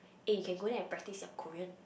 eh can go there and practice your Korean